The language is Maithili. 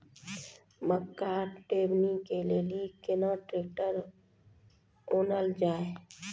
मक्का टेबनी के लेली केना ट्रैक्टर ओनल जाय?